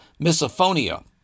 misophonia